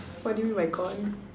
what do you mean by gone